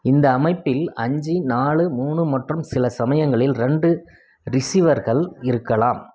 இந்த அமைப்பில் அஞ்சு நாலு மூணு மற்றும் சில சமயங்களில் ரெண்டு ரிசீவர்கள் இருக்கலாம்